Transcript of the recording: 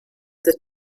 the